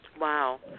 Wow